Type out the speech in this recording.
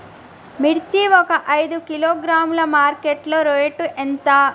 మిర్చి ఒక ఐదు కిలోగ్రాముల మార్కెట్ లో రేటు ఎంత?